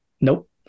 Nope